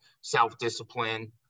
self-discipline